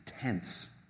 tense